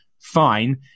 fine